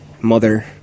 mother